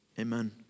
Amen